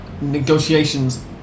negotiations